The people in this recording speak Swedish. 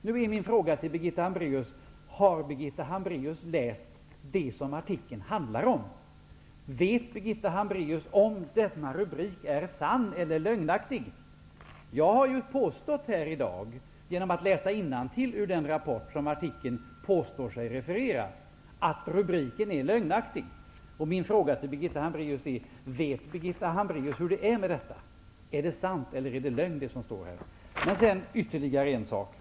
Nu är min fråga: Har Birgitta Hambraeus läst det som artikeln handlar om? Vet Birgitta Hambraeus om denna rubrik är sann eller lögnaktig? Jag har i dag genom att läsa innantill ur den rapport som artikelförfattaren påstår sig referera visat att rubriken är lögnaktig. Min fråga till Birgitta Hambraeus blir därför: Vet Birgitta Hambraeus hur det förhåller sig med den saken? Är det som står här sant eller är det lögn?